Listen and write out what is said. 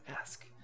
ask